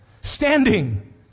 standing